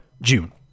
June